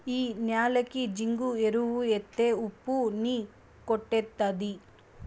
ఈ న్యాలకి జింకు ఎరువు ఎత్తే ఉప్పు ని కొట్టేత్తది